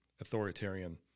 authoritarian